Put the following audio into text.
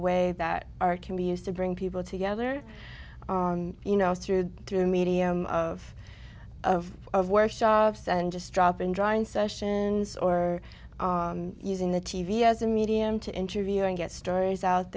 way that are can be used to bring people together you know through through the medium of of of workshops and just drop in drawing sessions or using the t v as a medium to interview and get stories out